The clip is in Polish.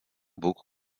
bóg